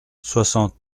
soixante